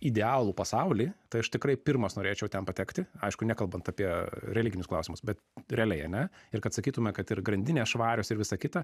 idealų pasaulį tai aš tikrai pirmas norėčiau ten patekti aišku nekalbant apie religinius klausimus bet realiai ane ir kad sakytume kad ir grandinės švarios ir visa kita